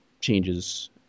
changes